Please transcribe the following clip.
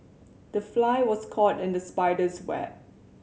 the fly was caught in the spider's web